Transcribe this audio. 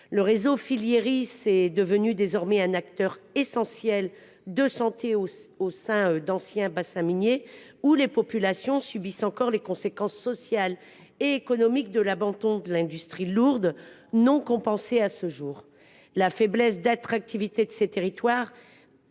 Le réseau Filieris est devenu désormais un acteur essentiel de la santé au sein d’anciens bassins miniers où les populations subissent encore les conséquences sociales et économiques de l’abandon de l’industrie lourde qui n’ont pas été compensées à ce jour. Par ailleurs, la faiblesse d’attractivité de ces territoires